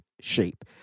shape